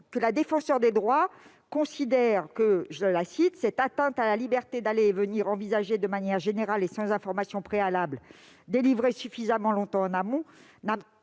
la Défenseure des droits considère que « cette atteinte à la liberté d'aller et venir, envisagée de manière générale et sans information préalable délivrée suffisamment longtemps en amont,